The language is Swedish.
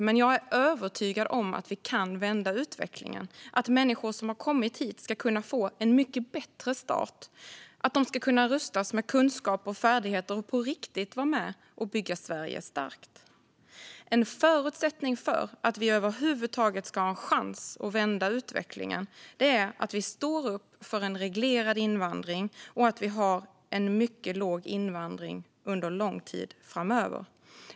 Men jag är övertygad om att vi kan vända utvecklingen, att människor som har kommit hit ska kunna få en mycket bättre start, att de ska kunna rustas med kunskaper och färdigheter och på riktigt vara med och bygga Sverige starkt. En förutsättning för att vi över huvud taget ska ha en chans att vända utvecklingen är att vi står upp för en reglerad invandring och att vi har en mycket låg invandring under lång tid framöver.